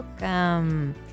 Welcome